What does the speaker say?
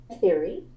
theory